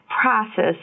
process